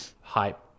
hype